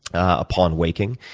upon waking.